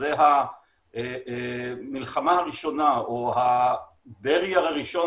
זו המלחמה הראשונה או ה-barrier הראשון